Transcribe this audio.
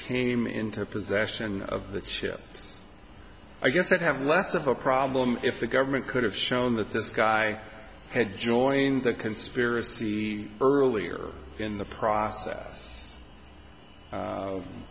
came into possession of the chip i guess would have less of a problem if the government could have shown that this guy had joined the conspiracy earlier in the process